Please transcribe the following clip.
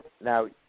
now